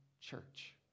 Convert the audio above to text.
church